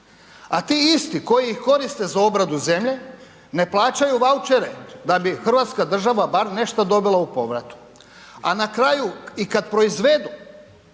a ti isti koji ih koriste za obradu zemlje ne plaćaju vaučere da bi Hrvatska država bar nešto dobila u povratu. A na kraju i kad proizvedu